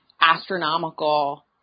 astronomical